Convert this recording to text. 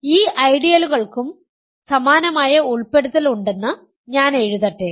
ഈ ഐഡിയലുകൾക്കും സമാനമായ ഉൾപ്പെടുത്തൽ ഉണ്ടെന്ന് ഞാൻ എഴുതട്ടെ